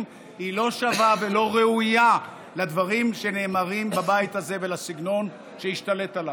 לא שווה ולא ראויה לדברים שנאמרים בבית הזה ולסגנון שהשתלט עליו.